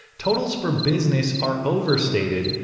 totals for business are overstated,